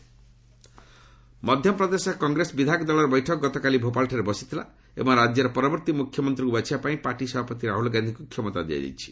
MP government ମଧ୍ୟପ୍ରଦେଶରେ କଂଗ୍ରେସ ବିଧାୟକ ଦଳର ବୈଠକ ଗତକାଲି ଭୋପାଳଠାରେ ବସିଥିଲା ଏବଂ ରାଜ୍ୟର ପରବର୍ତ୍ତୀ ମୁଖ୍ୟମନ୍ତ୍ରୀଙ୍କୁ ବାଛିବା ପାଇଁ ପାର୍ଟି ସଭାପତି ରାହୁଳ ଗାନ୍ଧୀଙ୍କୁ କ୍ଷମତା ଦିଆଯାଇଛି